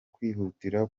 kwihutira